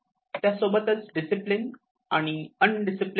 त्यासोबतच डिसिप्लिन अन् discipline Undisciplined